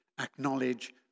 Acknowledge